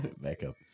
makeup